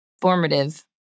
formative